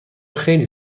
خیلی